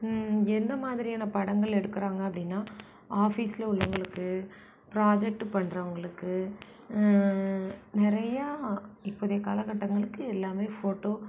என்ன மாதிரியான படங்கள் எடுக்கிறாங்க அப்படின்னா ஆஃபிஸ்ல உள்ளவங்களுக்கு ப்ராஜெக்ட்டு பண்ணுறவங்களுக் என்ன மாதிரியான படங்கள் எடுக்கிறாங்க அப்படின்னா ஆஃபிஸ்ல உள்ளவங்களுக்கு ப்ராஜெக்ட்டு பண்ணுறவங்களுக்கு நெறையா இப்போதைய கால கட்டங்களுக்கு எல்லாமே ஃபோட்டோக்கு நிறையா இப்போதைய கால கட்டங்களுக்கு எல்லாமே ஃபோட்டோ